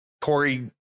Corey